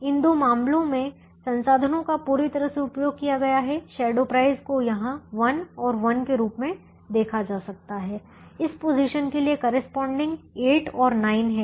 इन दो मामलों में संसाधनों का पूरी तरह से उपयोग किया गया है शैडो प्राइस को यहां 1 और 1 के रूप में देखा जा सकता है इस पोजीशन के करेस्पॉन्डिंग 8 और 9 है